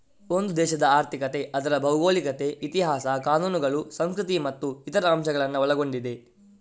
ಒಂದು ದೇಶದ ಆರ್ಥಿಕತೆ ಅದರ ಭೌಗೋಳಿಕತೆ, ಇತಿಹಾಸ, ಕಾನೂನುಗಳು, ಸಂಸ್ಕೃತಿ ಮತ್ತು ಇತರ ಅಂಶಗಳನ್ನ ಒಳಗೊಂಡಿದೆ